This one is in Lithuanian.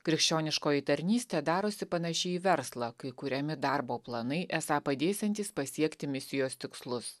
krikščioniškoji tarnystė darosi panaši į verslą kai kuriami darbo planai esą padėsiantys pasiekti misijos tikslus